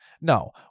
No